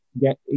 get